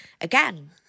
Again